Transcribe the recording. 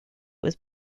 was